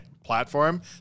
platform